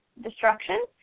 destruction